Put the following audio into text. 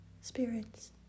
spirits